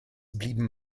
blieben